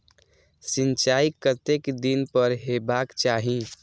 सिंचाई कतेक दिन पर हेबाक चाही?